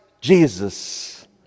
Jesus